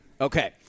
Okay